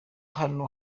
hano